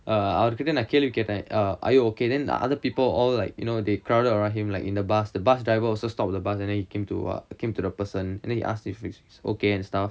um அவரு கிட்ட நா கேள்வி கேட்டன்:avaru kitta na kelvi kettan uh are you okay then the other people all like you know they crowded around him like in the bus the bus driver also stopped the bus and then he came to ah came to the person and then he asked if he's okay and stuff